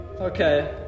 Okay